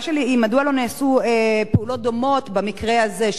מדוע לא נעשו פעולות דומות במקרה הזה של פענוח